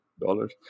dollars